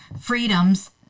freedoms